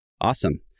Awesome